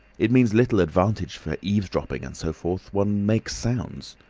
it means little advantage for eavesdropping and so forth one makes sounds.